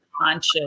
conscious